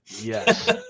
Yes